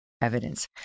evidence